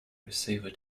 receiver